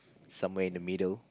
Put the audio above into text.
somewhere in the middle